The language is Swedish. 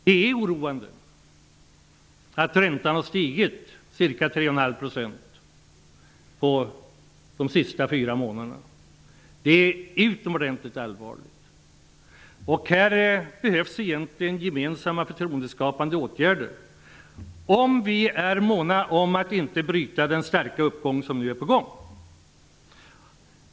Det är oroande att räntan har stigit ca 3,5 % på de senaste fyra månaderna. Det är utomordentligt allvarligt. Här behövs egentligen gemensamma förtroendeskapande åtgärder, om vi är måna om att inte bryta den starka uppgång som nu är på gång.